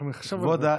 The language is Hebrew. אנחנו נחשוב על זה.